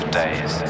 days